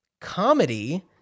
comedy